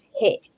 hit